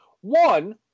One